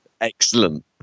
Excellent